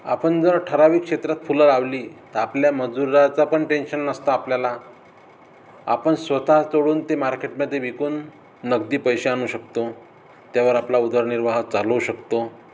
आपण जर ठराविक क्षेत्रात फुलं लावली तर आपल्या मजुरीचा पण टेन्शन नसतं आपल्याला आपण स्वतः तोडून ते मार्केटमध्ये विकून नगदी पैसे आणू शकतो त्यावर आपला उदरनिर्वाह चालवू शकतो